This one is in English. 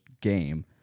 game